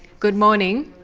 good morning!